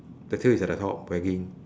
the tail is at the top wagging